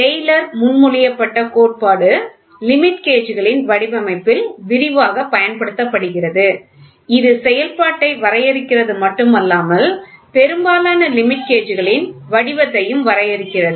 Taylor முன்மொழியப்பட்ட கோட்பாடு limit gauge களின் வடிவமைப்பில் விரிவாகப் பயன்படுத்தப்படுகிறது இது செயல்பாட்டை வரையறுக்கிறது மட்டுமல்லாமல் பெரும்பாலான லிமிட் கேஜ்களின் வடிவத்தையும் வரையறுக்கிறது